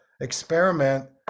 experiment